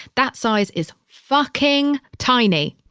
that size is fucking tiny